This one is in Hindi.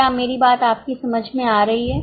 क्या मेरी बात आपकी समझ में आ रही है